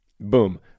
boom